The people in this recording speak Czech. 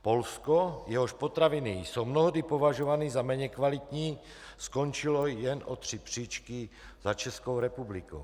Polsko, jehož potraviny jsou mnohdy považovány za méně kvalitní, skončilo jen o tři příčky za Českou republikou.